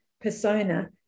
persona